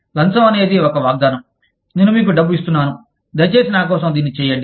లంచం అనేది ఒక వాగ్దానం నేను మీకు ఈ డబ్బు ఇస్తున్నాను దయచేసి నా కోసం దీన్ని చేయండి